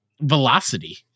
Velocity